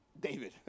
David